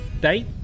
date